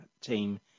team